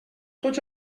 tots